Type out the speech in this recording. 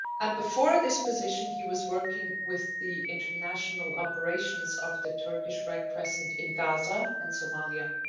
and before this position, he was working with the international operations of the turkish red crescent in gaza and somalia.